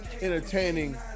entertaining